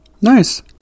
Nice